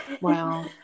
Wow